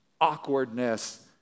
Awkwardness